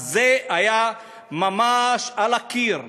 זה היה ממש על הקיר.